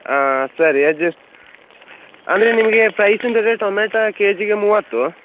ಹಾಂ ಸರಿ ಅಡ್ಜಸ್ಟ್ ಅಂದರೆ ನಿಮಗೆ ಪ್ರೈಸ್ ಅಂದರೆ ಟೊಮೆಟ ಕೆ ಜಿಗೆ ಮೂವತ್ತು